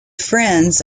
friends